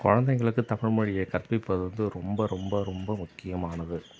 குழந்தைங்களுக்குத் தமிழ்மொழியை கற்பிப்பது வந்து ரொம்ப ரொம்ப ரொம்ப முக்கியமானது